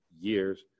years